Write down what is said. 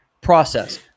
process